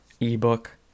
ebook